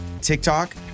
TikTok